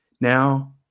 Now